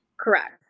Correct